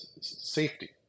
safety